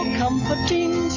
comforting